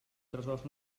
tresors